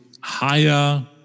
higher